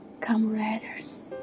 Comrades